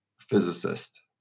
physicist